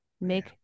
make